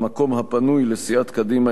במקום הפנוי לסיעת קדימה,